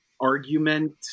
argument